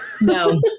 No